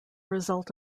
result